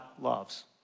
loves